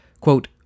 Quote